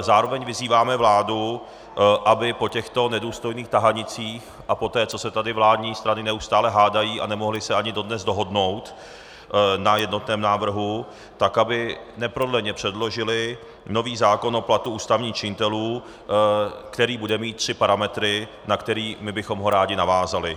Zároveň vyzýváme vládu, aby po těchto nedůstojných tahanicích a poté, co se tady vládní strany neustále hádají a nemohly se ani dodnes dohodnout na jednotném návrhu, tak aby neprodleně předložily nový zákon o platu ústavních činitelů, který bude mít tři parametry, na které bychom my ho rádi navázali.